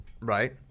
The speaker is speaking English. Right